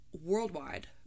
worldwide